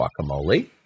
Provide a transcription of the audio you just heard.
guacamole